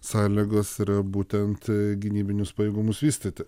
sąlygos yra būtent gynybinius pajėgumus vystyti